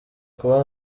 kuba